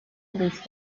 luis